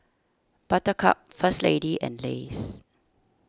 Buttercup First Lady and Lays